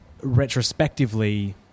retrospectively